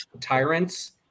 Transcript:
tyrants